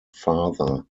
father